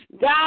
God